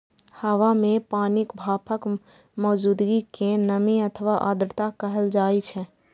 हवा मे पानिक भापक मौजूदगी कें नमी अथवा आर्द्रता कहल जाइ छै